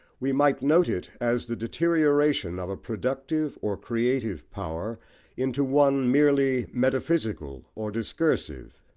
we might note it as the deterioration of a productive or creative power into one merely metaphysical or discursive.